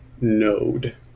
node